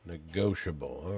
Negotiable